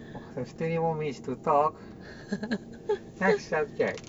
!wah! there's twenty more minutes to talk next subject